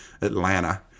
Atlanta